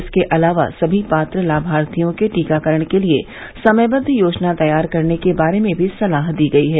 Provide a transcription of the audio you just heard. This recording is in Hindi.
इसके अलावा सभी पात्र लामार्थियों के टीकाकरण के लिए समयबद्व योजना तैयार करने के बारे में भी सलाह दी गई है